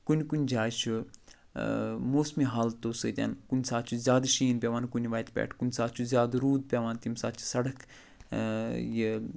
کُنہِ کُنہِ جایہِ چھُ موسمی حالتَو سۭتۍ کُنہِ ساتہٕ چھُ زیادٕ شیٖن پٮ۪وان کُنہِ وَتہِ پٮ۪ٹھ کُنہِ ساتہٕ چھُ زیادٕ روٗد پٮ۪وان تٔمۍ ساتہٕ چھِ سڑک یہِ